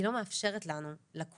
היא לא מאפשרת לנו לקום,